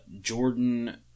Jordan